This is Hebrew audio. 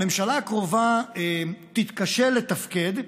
הממשלה הקרובה תתקשה לתפקד,